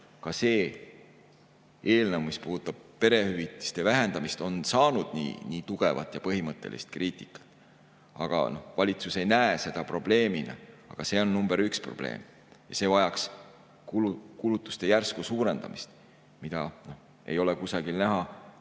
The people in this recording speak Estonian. ka see eelnõu, mis puudutab perehüvitiste vähendamist, on saanud nii tugevat ja põhimõttelist kriitikat. Aga valitsus ei näe seda probleemina. Ometi see on number üks probleem. See [eeldab] kulutuste järsku suurendamist, mida ei ole kusagil näha.